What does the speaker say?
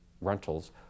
rentals